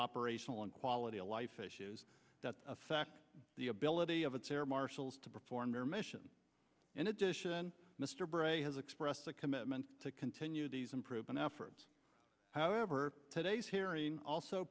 operational and quality of life issues that affect the ability of its air marshals to perform their mission in addition mr bray has expressed a commitment to continue these unproven efforts however today's hearing also